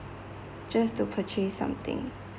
just to purchase something